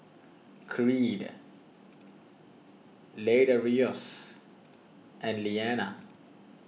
Creed Ladarius and Liana